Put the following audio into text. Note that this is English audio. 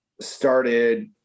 started